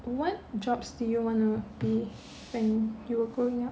what jobs do you wanna be when you were growing up